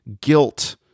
guilt